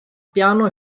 piano